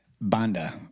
Banda